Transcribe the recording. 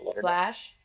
flash